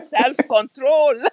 self-control